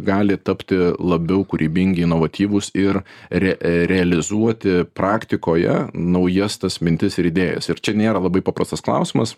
gali tapti labiau kūrybingi inovatyvūs ir re realizuoti praktikoje naujas tas mintis ir idėjas ir čia nėra labai paprastas klausimas